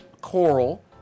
Coral